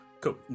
Cool